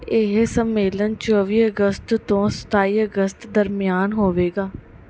ਇਹ ਸੰਮੇਲਨ ਚੌਵੀ ਅਗਸਤ ਤੋਂ ਸਤਾਈ ਅਗਸਤ ਦਰਮਿਆਨ ਹੋਵੇਗਾ